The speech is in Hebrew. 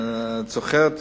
את זוכרת,